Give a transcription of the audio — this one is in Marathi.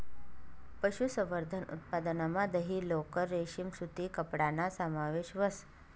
पशुसंवर्धन उत्पादनमा दही, लोकर, रेशीम सूती कपडाना समावेश व्हस